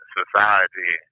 society